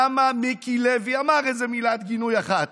מיקי לוי אמר איזו מילת גינוי אחת,